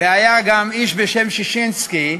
והיה גם איש בשם ששינסקי,